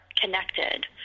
connected